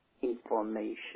information